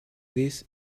this